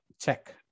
check